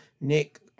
Nick